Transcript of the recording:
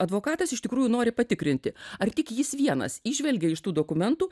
advokatas iš tikrųjų nori patikrinti ar tik jis vienas įžvelgia iš tų dokumentų